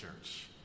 Church